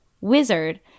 wizard